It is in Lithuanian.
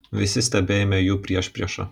visi stebėjome jų priešpriešą